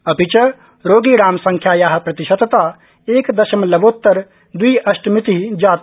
अपि च रोगीणां संख्याया प्रतिशतता एकदशमलवोत्तर द्वि अष्ट मिति जाता